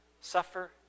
suffer